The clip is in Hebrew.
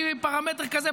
בלי פרמטר כזה,